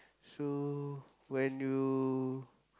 so when you